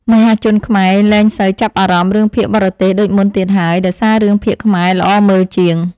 មហាជនខ្មែរលែងសូវចាប់អារម្មណ៍រឿងភាគបរទេសដូចមុនទៀតហើយដោយសាររឿងភាគខ្មែរល្អមើលជាង។